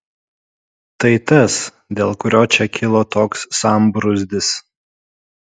tai tas dėl kurio čia kilo toks sambrūzdis